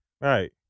Right